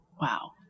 wow